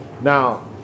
now